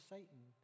Satan